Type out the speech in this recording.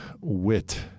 wit